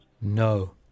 No